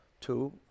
two